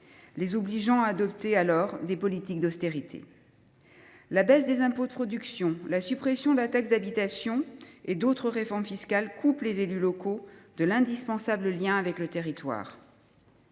les obligeant à adopter des politiques d’austérité. La baisse des impôts de production, la suppression de la taxe d’habitation et d’autres réformes fiscales coupent les élus locaux de l’indispensable lien avec leur territoire.